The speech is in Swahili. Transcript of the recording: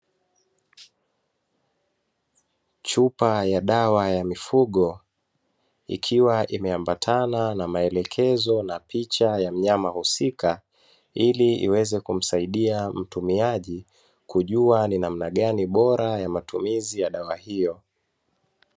Chupa ya dawa ya mifugo ikiwa imeambatana na maelekezo na picha ya mnyama husika, ili iweze kumsaidia mtumiaji kujua ni namna gani bora ya matumizi ya dawa hiyo.